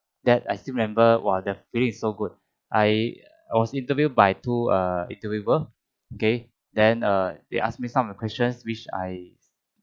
that I still remember !wah! the feeling is so good I I was interviewed by two err interviewer K then err they ask me some of the questions which I